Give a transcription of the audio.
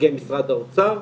נציגי משרד האוצר,